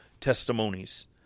testimonies